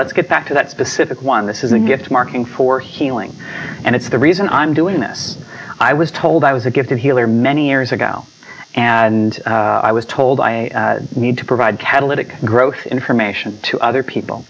let's get back to that specific one this is a gift marking for healing and it's the reason i'm doing this i was told i was a gifted healer many years ago and i was told i need to provide catalytic growth information to other people